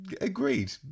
agreed